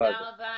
תודה רבה.